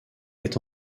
est